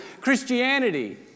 Christianity